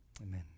Amen